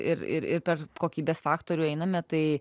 ir ir per kokybės faktorių einame tai